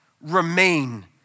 remain